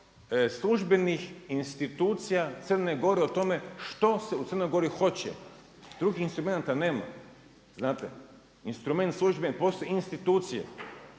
službenih institucija Crne Gore o tome što se u Crnoj Gori hoće, drugih instrumenata nema, znate, instrument službeni postoji institucije,